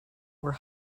were